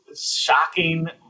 shocking